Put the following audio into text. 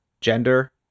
gender